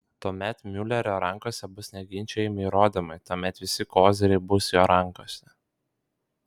tuomet miulerio rankose bus neginčijami įrodymai tuomet visi koziriai bus jo rankose